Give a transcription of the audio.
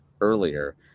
earlier